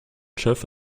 chef